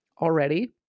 already